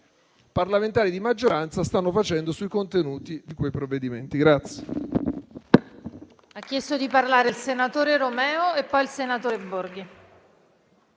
parlamentari di maggioranza stanno facendo sui contenuti di quei provvedimenti.